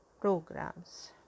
programs